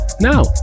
Now